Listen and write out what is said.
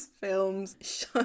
films